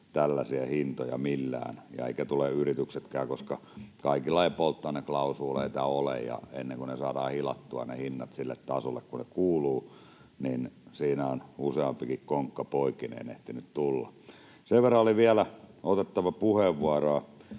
tällaisia hintoja millään — eivätkä tule yrityksetkään, koska kaikilla ei polttoaineklausuuleita ole. Ennen kuin ne hinnat saadaan hilattua sille tasolle, mille ne kuuluvat, siinä on useampikin konkka poikineen ehtinyt tulla. Sen verran oli vielä otettava puheenvuoroa